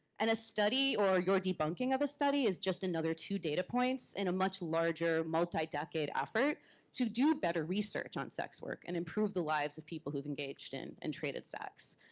and a study, or your debunking of a study is just another two data points in a much larger, multi-decade effort to do better research on sex work and improve the lives of people who've engaged and traded sex.